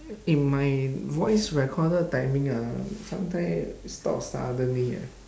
eh my voice recorder timing ah sometime stop suddenly eh